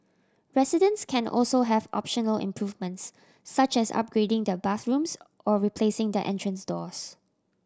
residents can also have optional improvements such as upgrading their bathrooms or replacing their entrance doors